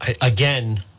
again